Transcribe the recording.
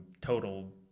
total